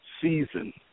season